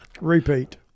Repeat